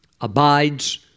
abides